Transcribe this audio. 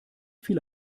viele